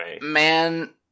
Man